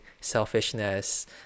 selfishness